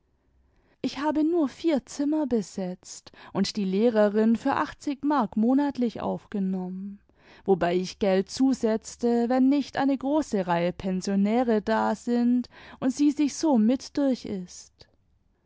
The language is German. ich habe nur vier zimmer besetzt imd die lehrerin für achtzig mark monatlich aufgenommen wobei ich geld zusetzte wenn nicht eine große reihe pensionäre da sind und sie sich so mit durchißt